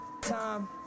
time